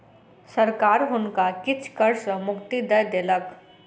सरकार हुनका किछ कर सॅ मुक्ति दय देलक